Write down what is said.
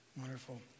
Wonderful